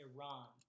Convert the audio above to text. Iran